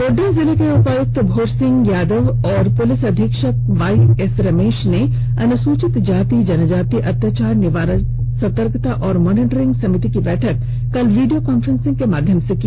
गोड्डा जिले के उपायुक्त भोर सिंह यादव और पुलिस अधीक्षक वाईएस रमेश ने अनुसूचित जाति जनजाति अत्याचार निवारण सतर्कता एवं मानिटरिंग समिति की बैठक कल वीडियो कॉन्फ्रेंसिंग के माध्यम से की